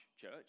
church